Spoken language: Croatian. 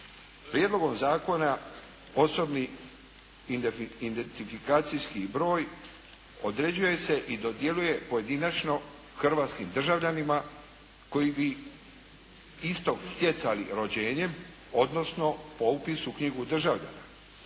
Prijedlogom zakona osobni identifikacijski broj određuje se i dodjeljuje pojedinačno hrvatskim državljanima koji bi istog stjecali rođenjem, odnosno po upisu u knjigu državljana.